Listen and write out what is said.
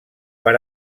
per